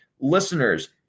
Listeners